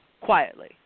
quietly